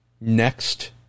next